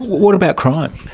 what about crime?